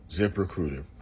ZipRecruiter